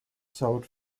sold